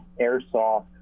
airsoft